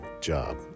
job